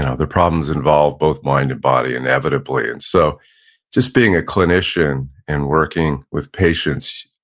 and the problems involve both mind and body inevitably. and so just being a clinician and working with patients,